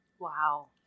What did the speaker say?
wow